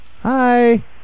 Hi